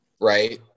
right